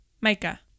Mika